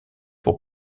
pour